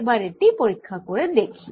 এবার এটি পরীক্ষা করে দেখি